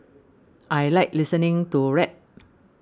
I like listening to rap